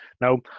Now